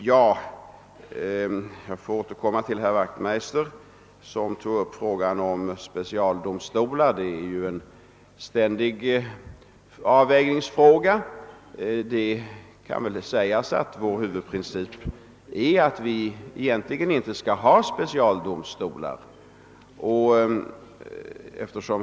Jag återkommer till herr Wachtmeis ter som tog upp frågan om specialdomstolar. Det är ju en ständig avvägningsfråga. Vår huvudprincip kan sägas vara att vi egentligen inte skall ha specialdomstolar.